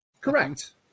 Correct